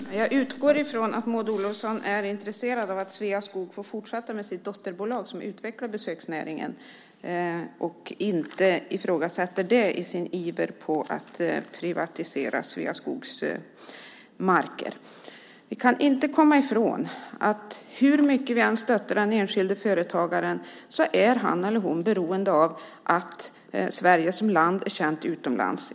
Herr talman! Jag utgår från att Maud Olofsson är intresserad av att Sveaskog får fortsätta med sitt dotterbolag som utvecklar besöksnäringen och inte ifrågasätter det i sin iver att privatisera Sveaskogs marker. Vi kan inte komma ifrån att hur mycket vi än stöttar den enskilde företagaren är han eller hon beroende av att Sverige som land är känt utomlands.